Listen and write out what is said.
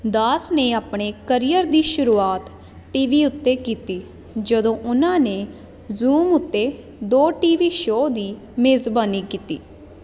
ਦਾਸ ਨੇ ਆਪਣੇ ਕਰੀਅਰ ਦੀ ਸ਼ੁਰੂਆਤ ਟੀ ਵੀ ਉੱਤੇ ਕੀਤੀ ਜਦੋਂ ਉਨ੍ਹਾਂ ਨੇ ਜ਼ੂਮ ਉੱਤੇ ਦੋ ਟੀ ਵੀ ਸ਼ੋਅ ਦੀ ਮੇਜ਼ਬਾਨੀ ਕੀਤੀ